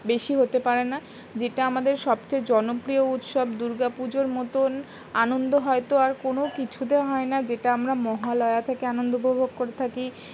বেশি হতে পারে না যেটা আমাদের সবচেয়ে জনপ্রিয় উৎসব দুর্গা পুজোর মতোন আনন্দ হয়তো আর কোনো কিছুতে হয় না যেটা আমরা মহালয়া থেকে আনন্দ উপভোগ করে থাকি